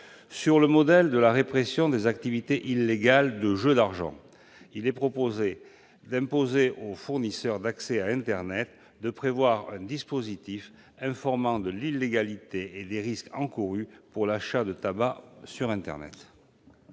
Sur le modèle de la répression des activités illégales de jeux d'argent, cet amendement tend à imposer aux fournisseurs d'accès à internet de prévoir un dispositif informant de l'illégalité et des risques encourus pour l'achat de tabac sur internet.